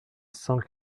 cent